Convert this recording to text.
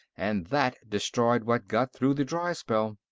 and that destroyed what got through the dry spell.